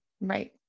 Right